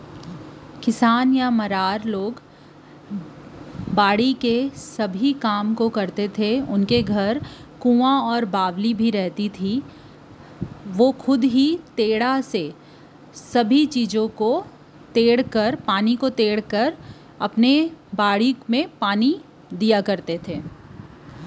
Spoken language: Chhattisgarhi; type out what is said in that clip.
जेन किसान या मरार मन ह बाड़ी के बूता ल करय ओखर मन घर कुँआ बावली रहाय अइसन म टेंड़ा ल बरोबर बउरय